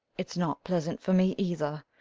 it's not pleasant for me, either,